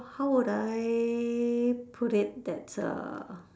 how would I put it that's uh